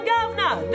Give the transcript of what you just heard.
Governor